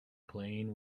playing